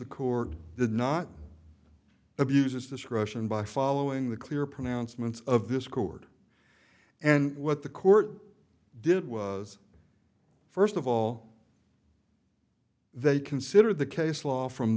the court did not abuse its discretion by following the clear pronouncements of this accord and what the court did was first of all they consider the case law f